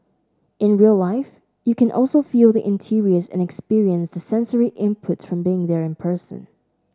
in real life you can also feel the interiors and experience the sensory inputs from being there in person